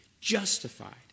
justified